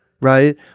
right